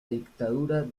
dictadura